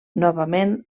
novament